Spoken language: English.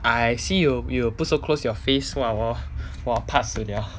I see you you put you close your face !wah! 我怕死了